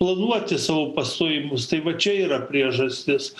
planuoti savo pastojimus tai va čia yra priežastis